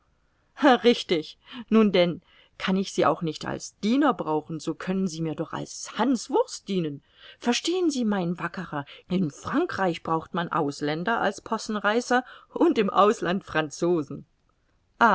richtig nun denn kann ich sie auch nicht als diener brauchen so können sie mir doch als hanswurst dienen verstehen sie mein wackerer in frankreich braucht man ausländer als possenreißer und im ausland franzosen